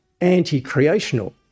anti-creational